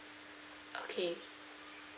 okay